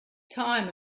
time